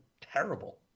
terrible